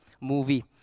movie